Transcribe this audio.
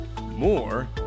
more